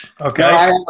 Okay